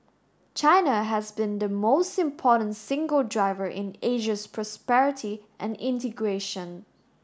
China has been the most important single driver in Asia's prosperity and integration